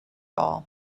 all